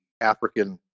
African